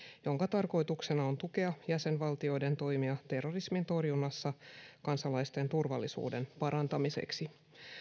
jonka tarkoituksena on tukea jäsenvaltioiden toimia terrorismin torjunnassa kansalaisten turvallisuuden parantamiseksi